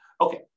Okay